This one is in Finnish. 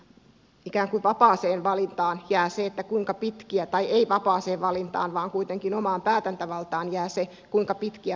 mikä vapaaseen valintaan ja siitä kuinka pitkiä tai ei te toimistojen ikään kuin omaan päätäntävaltaan jää se kuinka pitkiä palkkatukijaksoja myönnetään